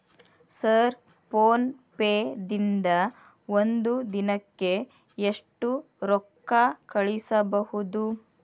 Sir PhonePe ದಿಂದ ಒಂದು ದಿನಕ್ಕೆ ಎಷ್ಟು ರೊಕ್ಕಾ ಕಳಿಸಬಹುದು?